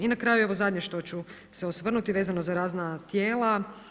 I na kraju, evo zadnje što ću se osvrnuti vezano za razna tijela.